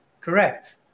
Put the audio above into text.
correct